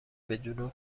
بهدروغ